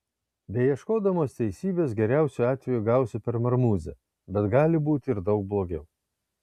beieškodamas teisybės geriausiu atveju gausi per marmuzę bet gali būti ir daug blogiau